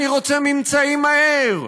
אני רוצה ממצאים מהר,